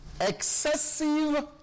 excessive